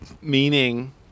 Meaning